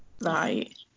Right